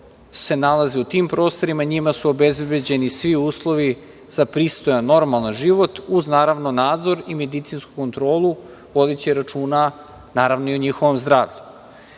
se nalaze u tim prostorima, njima su obezbeđeni svi uslovi za pristojan i normalan život uz nadzor i medicinsku kontrolu, vodeći računa naravno i o njihovom zdravlju. Bilo